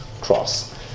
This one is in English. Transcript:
cross